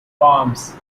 arms